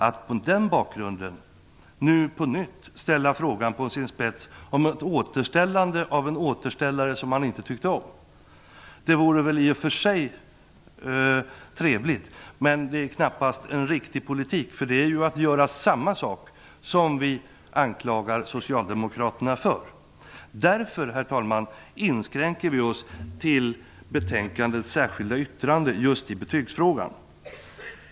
Att mot den bakgrunden nu på nytt ställa frågan på sin spets om ett återställande av en återställare som man inte tyckte om vore i och för sig trevligt, men det är knappast en riktig politik. Det är ju att göra samma sak som vi anklagar socialdemokraterna för. Herr talman! Därför inskränker vi oss till betänkandets särskilda yttrande just i betygsfrågan.